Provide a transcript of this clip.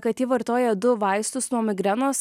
kad ji vartoja du vaistus nuo migrenos